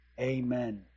Amen